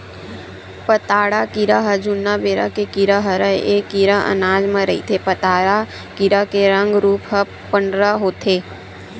पताड़ा कीरा ह जुन्ना बेरा के कीरा हरय ऐ कीरा अनाज म रहिथे पताड़ा कीरा के रंग रूप ह पंडरा होथे